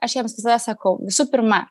aš jiems visada sakau visų pirma